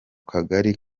kagari